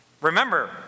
Remember